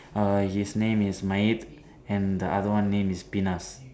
err his name is Mayet and the other one name is Pinas